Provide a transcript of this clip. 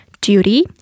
duty